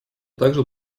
также